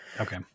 Okay